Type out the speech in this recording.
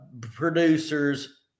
producers